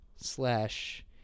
slash